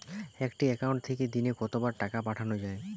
একটি একাউন্ট থেকে দিনে কতবার টাকা পাঠানো য়ায়?